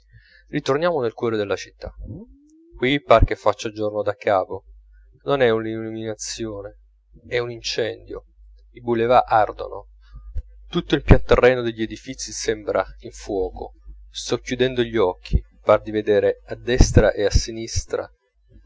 ritorniamo nel cuore della città qui par che faccia giorno daccapo non è un'illuminazione è un incendio i boulevards ardono tutto il pian terreno degli edifizi sembra in fuoco socchiudendo gli occhi par di vedere a destra e a sinistra